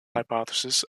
hypothesis